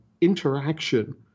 interaction